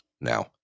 now